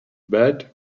bed